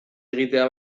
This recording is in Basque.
egitea